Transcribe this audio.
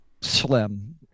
slim